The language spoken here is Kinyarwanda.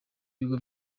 bigo